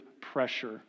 pressure